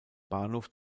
bahnhof